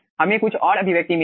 हमें कुछ और अभिव्यक्ति मिलेगी